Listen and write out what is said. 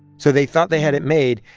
so they thought they had it made,